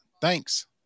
Thanks